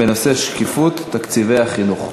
בנושא: שקיפות תקציבי החינוך.